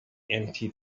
empty